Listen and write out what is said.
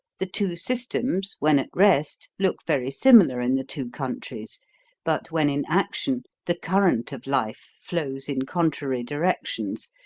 the two systems, when at rest, look very similar in the two countries but when in action, the current of life flows in contrary directions,